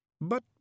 But